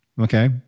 Okay